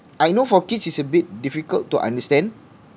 I know for kids it's a bit difficult to understand